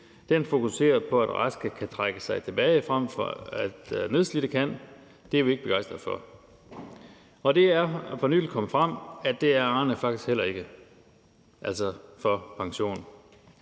Den fokuserer på, at raske kan trække sig tilbage, frem for at nedslidte kan. Det er vi ikke begejstrede for. Og det er for nylig kommet frem, at det er Arne faktisk heller ikke. Jeg tror